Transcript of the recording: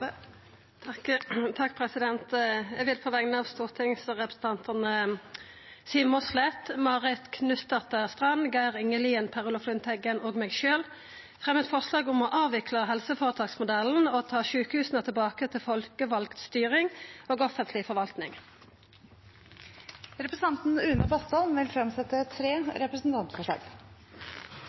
Eg vil på vegner av stortingsrepresentantane Siv Mossleth, Marit Knutsdatter Strand, Geir Inge Lien, Per Olaf Lundteigen og meg sjølv fremja eit forslag om å avvikla helseføretaksmodellen og ta sjukehusa tilbake til folkevald styring og offentleg forvaltning. Representanten Une Bastholm vil fremsette tre representantforslag.